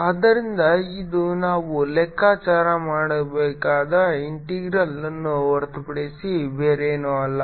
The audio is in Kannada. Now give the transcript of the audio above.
ಆದ್ದರಿಂದ ಇದು ನಾವು ಲೆಕ್ಕಾಚಾರ ಮಾಡಬೇಕಾದ ಇಂಟೆಗ್ರಾಲ್ಅನ್ನು ಹೊರತುಪಡಿಸಿ ಬೇರೇನೂ ಅಲ್ಲ